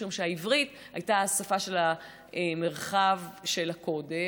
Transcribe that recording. משום שהעברית הייתה השפה של מרחב הקודש,